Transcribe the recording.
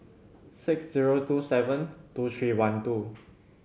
six zero two seven two three one two